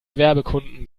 werbekunden